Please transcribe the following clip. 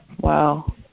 Wow